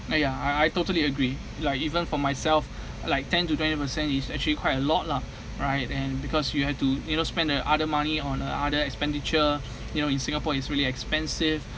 ah ya I I totally agree like even for myself like ten to twenty percent is actually quite a lot lah right and because you had to you know spend the other money on uh other expenditure you know in singapore it's really expensive